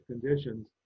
conditions